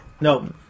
No